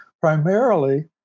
primarily